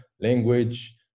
language